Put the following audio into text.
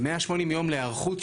180 יום להיערכות,